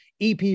EP